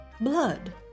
blood